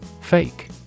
Fake